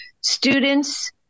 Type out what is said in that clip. students